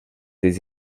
des